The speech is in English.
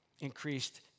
increased